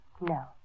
No